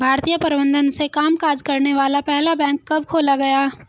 भारतीय प्रबंधन से कामकाज करने वाला पहला बैंक कब खोला गया?